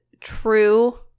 true